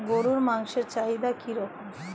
গরুর মাংসের চাহিদা কি রকম?